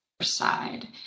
side